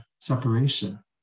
separation